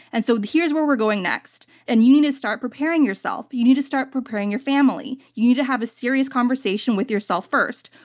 and so, here's where we're going next. and you need to start preparing yourself. you need to start preparing your family. you need to have a serious conversation with yourself first.